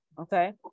okay